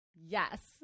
yes